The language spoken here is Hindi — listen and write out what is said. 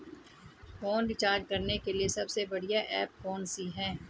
फोन रिचार्ज करने के लिए सबसे बढ़िया ऐप कौन सी है?